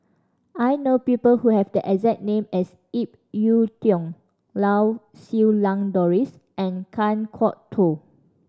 I know people who have the exact name as Ip Yiu Tung Lau Siew Lang Doris and Kan Kwok Toh